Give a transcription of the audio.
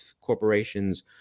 corporations